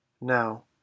now